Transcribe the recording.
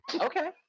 Okay